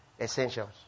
Essentials